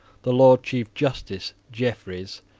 the lord chief justice jeffreys,